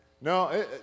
no